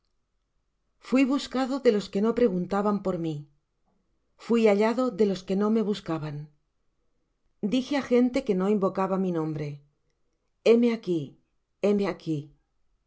fui buscado de los que no preguntaban por mí fuí hallado de los que no me buscaban dije á gente que no invocaba mi nombre heme aquí heme aquí